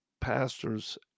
pastors